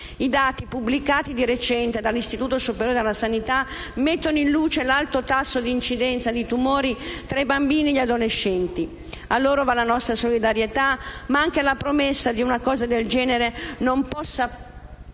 pubblicati dall'Istituto superiore di sanità mettono in luce l'alto tasso di incidenza di tumori tra i bambini e gli adolescenti: a loro va la nostra solidarietà, ma anche la promessa che una cosa del genere non possa